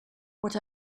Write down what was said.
what